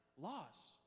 laws